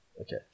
Okay